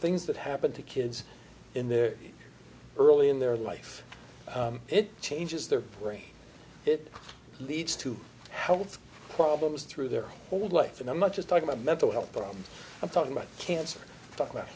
things that happen to kids in their early in their life it changes their brain it leads to health problems through their whole life and i'm not just talking about mental health problems i'm talking about cancer talk about